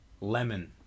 Lemon